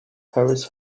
paris